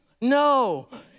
No